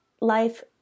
life